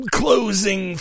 closing